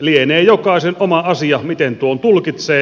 lienee jokaisen oma asia miten tuon tulkitsee